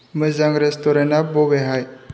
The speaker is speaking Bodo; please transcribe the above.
मोजां रेस्टुरेन्टआ बबेहाय